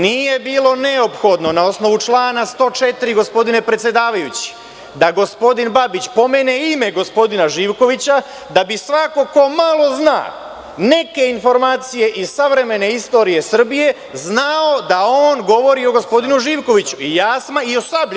Nije bilo neophodno na osnovu člana 104, gospodine predsedavajući, da gospodin Babić pomene ime gospodina Živkovića da bi svako ko malo zna neke informacije iz savremene istorije Srbije znao da on govori o gospodinu Živkoviću i o „Sablji“